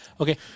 Okay